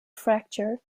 fracture